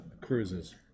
cruises